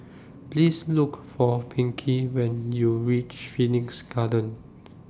Please Look For Pinkie when YOU REACH Phoenix Garden